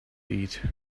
eat